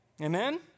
Amen